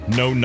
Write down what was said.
no